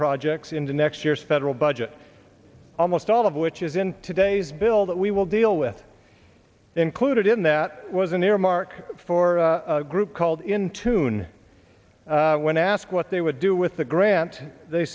projects into next year's federal budget almost all of which is in today's bill that we will deal with included in that was an earmark for a group called in tune when asked what they would do with the grant they